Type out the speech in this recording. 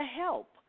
help